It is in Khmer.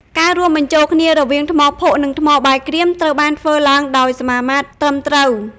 ការរួមបញ្ចូលគ្នារវាងថ្មភក់ និងថ្មបាយក្រៀមត្រូវបានធ្វើឡើងដោយសមាមាត្រត្រឹមត្រូវ។